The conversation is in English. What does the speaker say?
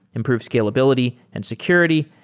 improve scalability and security,